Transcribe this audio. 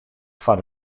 foar